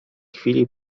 chwili